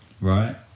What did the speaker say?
Right